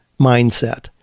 mindset